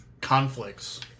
conflicts